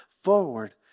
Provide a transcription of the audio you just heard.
forward